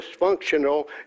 dysfunctional